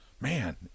Man